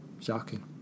shocking